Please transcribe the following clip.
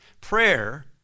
Prayer